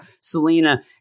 Selena